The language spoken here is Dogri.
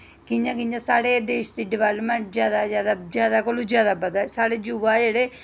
कि'यां कि'यां साढ़े देश दी डवेलपमेंट जादा जादा जादा कोला जादा बधै साढ़े युवा जेह्ड़े